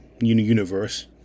universe